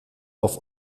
auf